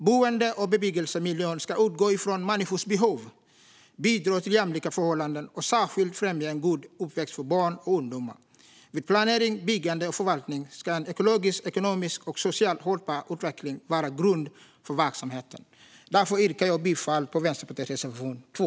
Boende och bebyggelsemiljön ska utgå ifrån människors behov, bidra till jämlika förhållanden och särskilt främja en god uppväxt för barn och ungdomar. Vid planering, byggande och förvaltning ska en ekologiskt, ekonomiskt och socialt hållbar utveckling vara grund för verksamheten." Jag yrkar bifall till Vänsterpartiets reservation 2.